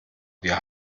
wir